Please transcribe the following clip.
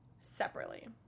separately